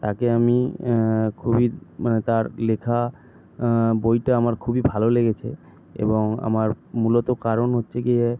তাঁকে আমি খুবই মানে তাঁর লেখা বইটা আমার খুবই ভালো লেগেছে এবং আমার মূলত কারণ হচ্ছে গিয়ে